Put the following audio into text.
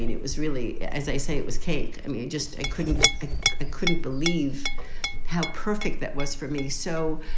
it was really, as i say, it was kate. i mean, just i couldn't i i couldn't believe how perfect that was for me. so,